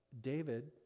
David